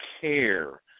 care